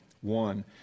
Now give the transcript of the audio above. One